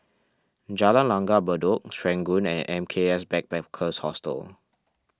Jalan Langgar Bedok Serangoon and M K S Backpackers Hostel